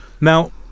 Now